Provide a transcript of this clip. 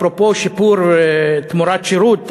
אפרופו שיפור תמורת שירות,